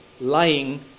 lying